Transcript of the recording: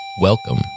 welcome